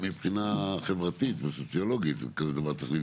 את זה צריך לבדוק את זה מבחינה חברתית וסוציולוגית צריך לבדוק.